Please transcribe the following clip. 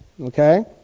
Okay